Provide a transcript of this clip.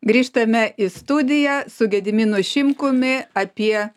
grįžtame į studiją su gediminu šimkumi apie